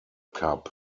cup